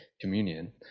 communion